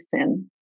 sin